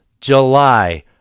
July